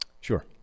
sure